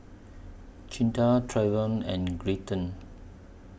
Cinda Trayvon and